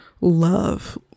love